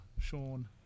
Sean